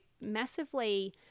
massively